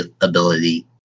ability